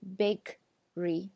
bakery